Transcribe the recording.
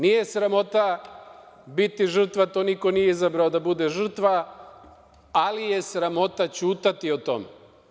Nije sramota biti žrtva, niko nije izabrao da bude žrtva, ali je sramota ćutati o tome.